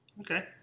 Okay